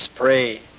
Pray